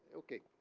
okay.